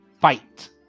fight